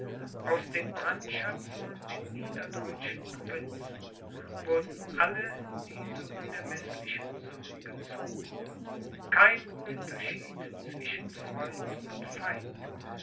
aus den brandschatzungen der niederdeutschen provinzen wurden alle diese unermeßlichen summen gezogen kein unterschied zwischen freund und feind